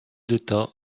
d’état